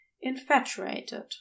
infatuated